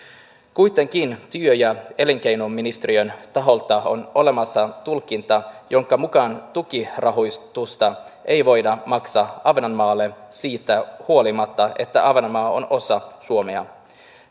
kuitenkin työ ja elinkeinoministeriön taholta on olemassa tulkinta jonka mukaan tukirahoitusta ei voida maksaa ahvenanmaalle siitä huolimatta että ahvenanmaa on osa suomea